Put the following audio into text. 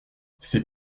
c’est